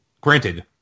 granted